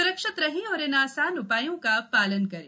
स्रक्षित रहें और इन आसान उपायों का पालन करें